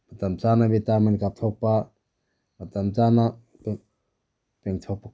ꯃꯇꯝ ꯆꯥꯅ ꯕꯤꯇꯥꯃꯤꯟ ꯀꯥꯞꯊꯣꯛꯄ ꯃꯇꯝ ꯆꯥꯅ ꯄꯦꯡꯊꯣꯛꯄ